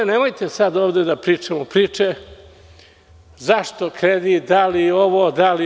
Nemojte sad ovde da pričamo priče zašto kredit, da li ovo, da li ono.